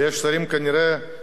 אני תמיד צוחק,